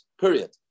Period